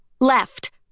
left